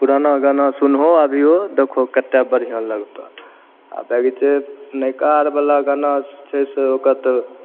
पुराना गाना सुनहो अभियो देखहो कतेक बढ़िऑं लगतऽ आब जे नवका आरवला गाना छै से ओकर तऽ